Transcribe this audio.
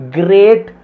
great